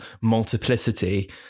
multiplicity